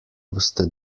boste